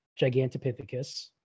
Gigantopithecus